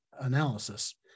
analysis